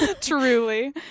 Truly